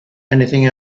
anything